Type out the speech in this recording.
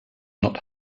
not